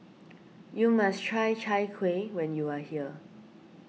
you must try Chai Kueh when you are here